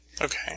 Okay